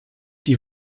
die